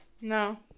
No